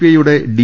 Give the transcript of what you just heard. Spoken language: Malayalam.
ഐയുടെ ഡി